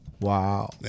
Wow